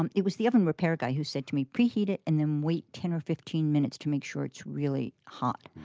um it was the oven repair guy who said to me, preheat it, and then wait ten or fifteen minutes to make sure it's really hot.